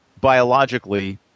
biologically